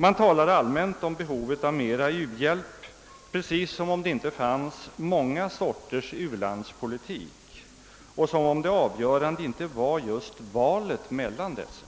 Man talar allmänt om behovet av mera u-hjälp, precis som om det inte fanns många sorters u-landspolitik och som om det avgörande inte var just valet mellan dessa.